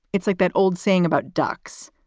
it's like that old saying about ducks,